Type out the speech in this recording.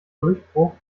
durchbruch